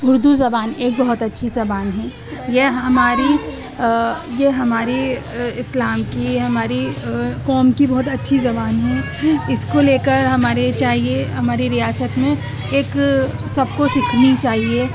اردو زبان ایک بہت اچھی زبان ہیں یہ ہماری یہ ہماری اسلام کی ہماری قوم کی بہت اچھی زبان ہیں اس کو لے کر ہمارے چاہیے ہماری ریاست میں ایک سب کو سیکھنی چاہیے